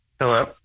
Hello